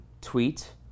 tweet